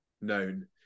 known